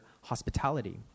hospitality